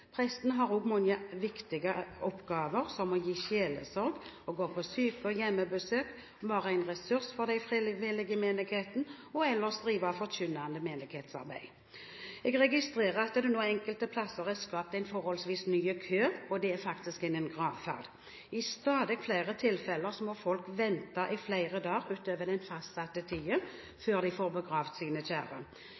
ellers drive forkynnende menighetsarbeid. Jeg registrerer at det nå enkelte steder er skapt en forholdsvis ny kø, og det er faktisk innen gravferd. I stadig flere tilfeller må folk vente i flere dager utover den fastsatte tiden